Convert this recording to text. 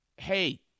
Hey